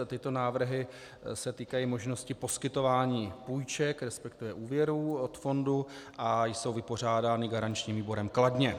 Tyto návrhy se týkají možnosti poskytování půjček, resp. úvěrů od fondu, a jsou vypořádány garančním výborem kladně.